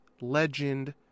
legend